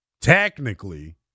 technically